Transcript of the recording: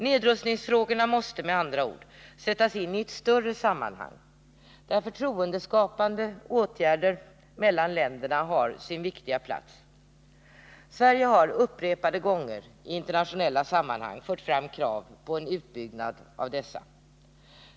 Nedrustningsfrågorna måste med andra ord sättas in i ett större sammanhang, där förtroendeskapande åtgärder mellan länderna har sin viktiga plats. Sverige har upprepade gånger i internationella sammanhang fört fram krav på en utbyggnad av dessa.